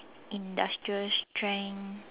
industrial strength